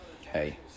hey